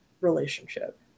relationship